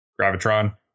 Gravitron